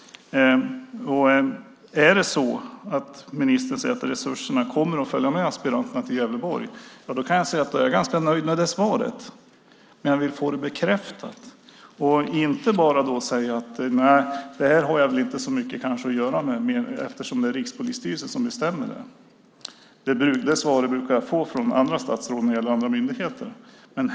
Om det är som ministern säger, att resurserna kommer att följa med aspiranterna till Gävleborg, är jag ganska nöjd med svaret. Jag vill dock få det bekräftat. Det räcker inte att bara säga att justitieministern inte har så mycket med det hela att göra eftersom Rikspolisstyrelsen är den som bestämmer. Det svaret brukar jag få av andra statsråd när det gäller myndigheterna.